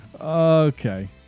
Okay